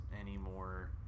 anymore